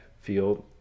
field